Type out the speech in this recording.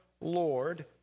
Lord